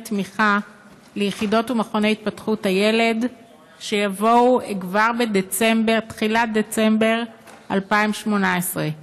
תמיכה ליחידות ומכוני התפתחות הילד כבר בתחילת דצמבר 2018,